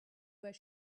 where